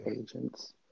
agents